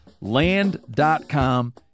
Land.com